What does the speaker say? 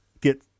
get